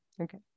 okay